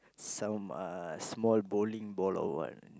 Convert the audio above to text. some uh small bowling ball or what